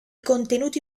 contenuti